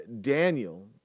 Daniel